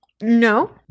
No